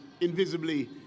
invisibly